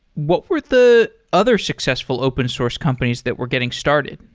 what were the other successful open source companies that were getting started?